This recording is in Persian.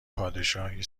پادشاهی